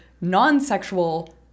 non-sexual